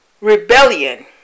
rebellion